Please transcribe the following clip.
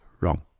wrong